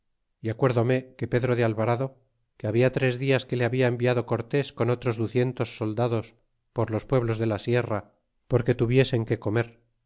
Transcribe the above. y acuérdome que pedro de alvarado que habia tres dias que le habla enviado cortés con otros ducientos soldados por los pueblos de la sierra porque tuviesen que comer